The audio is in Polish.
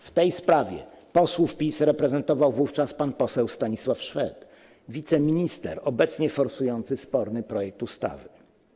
W tej sprawie posłów PiS reprezentował wówczas pan poseł Stanisław Szwed, wiceminister obecnie forsujący sporny projekt ustawy.